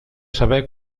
saber